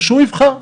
ושהוא יבחר,